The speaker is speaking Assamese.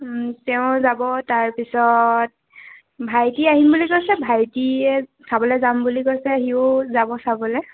তেওঁ যাব তাৰপিছত ভাইটি আহিম বুলি কৈছে ভাইটিয়ে চাবলৈ যাম বুলি কৈছে আহিও যাব চাবলৈ